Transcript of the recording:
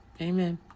Amen